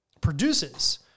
produces